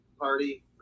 party